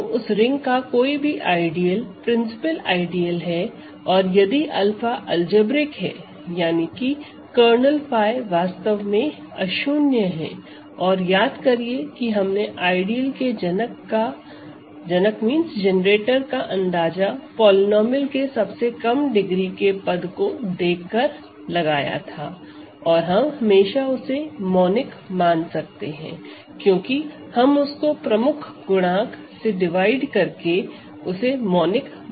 तो उस रिंग का कोई भी आइडियल प्रिंसिपल आइडियल है और यदि 𝛂 अलजेब्रिक है यानी कि कर्नेल 𝜑 वास्तव में अशून्य है और याद करिए कि हमने आइडियल के जनक का अंदाजा पॉलीनोमिअल के सबसे कम डिग्री के पद को देखकर लगाया था और हम हमेशा उसे मोनिक मान सकते हैं क्योंकि हम उसको प्रमुख गुणांक से डिवाइड करके उसे मोनिक बना सकते हैं